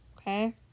Okay